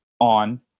on